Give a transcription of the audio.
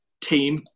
team